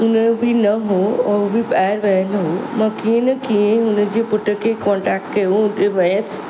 उन बि न हुओ ऐं उहो बि ॿाहिरि वियल हुओ मां कीअं न कीअं हुन जे पुट खे कॉन्टेक्ट कयो हुन ते वियसि